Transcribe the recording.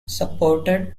supported